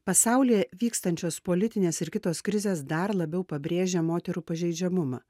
pasaulyje vykstančios politinės ir kitos krizės dar labiau pabrėžia moterų pažeidžiamumą